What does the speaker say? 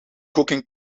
cooking